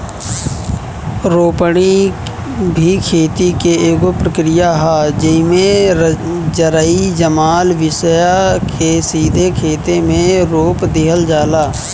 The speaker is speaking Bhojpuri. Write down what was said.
रोपनी भी खेती के एगो प्रक्रिया ह, जेइमे जरई जमाल बिया के सीधे खेते मे रोप दिहल जाला